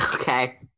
Okay